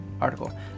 Article